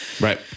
Right